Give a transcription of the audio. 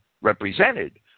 represented